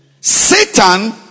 Satan